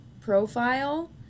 profile